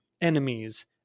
enemies